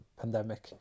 pandemic